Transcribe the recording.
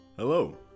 Hello